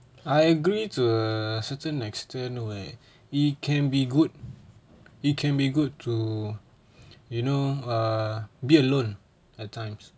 I agree to a certain extent where it can be good it can be good to you know err be alone at times